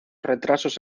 retrasos